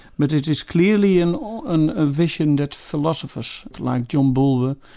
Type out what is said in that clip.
but it is clearly and ah and a vision that philosophers like john bulver,